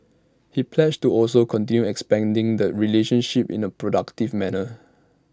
he pledged to also continue expanding the relationship in A productive manner